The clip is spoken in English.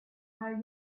are